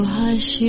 hush